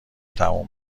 تموم